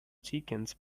chickens